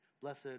Blessed